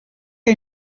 que